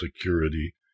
security